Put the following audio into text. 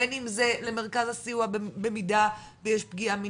בין אם זה למרכז הסיוע במידה ויש פגיעה מינית,